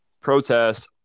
protests